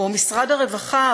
או משרד הרווחה,